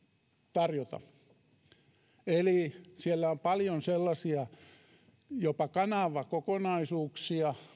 tarjota eli siellä on molemmilla puolilla paljon sellaisia jopa kanavakokonaisuuksia